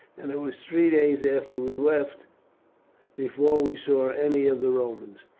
and it was three days after we left before we saw any of the romans.